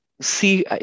see